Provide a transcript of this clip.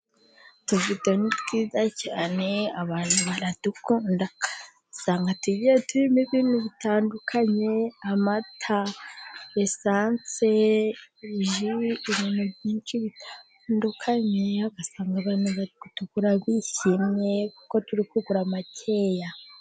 Utuvido ni twiza cyane, abantu baradukunda. Usanga tugiye turimo ibintu bitandukanye, amata, risansi, ji, ibintu byinshi bitandukanye, ugasanga abantu bari kutugura bishimye, kuko turi kugura makeya.